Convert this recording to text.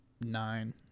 nine